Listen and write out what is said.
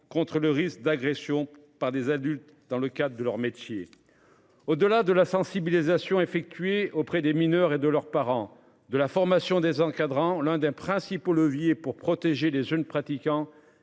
contre le risque d'agression par des adultes dans le cadre de leur métier. Au-delà de la sensibilisation effectué auprès des mineurs et de leurs parents, de la formation des encadrants, l'un des principaux leviers pour protéger les jeunes pratiquants